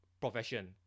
profession